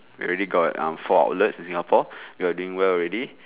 we already got um four outlets in singapore we're doing well already